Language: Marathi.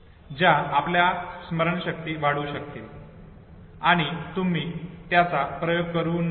ज्या आपल्या स्मरणशक्ती वाढवू शकतील आणि तुम्ही त्यांचा प्रयोग करुन पहा